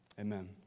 Amen